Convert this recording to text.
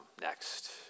next